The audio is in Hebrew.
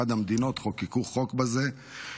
שלדעתי באחת המדינות חוקקו חוק כזה,